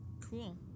Cool